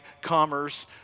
commerce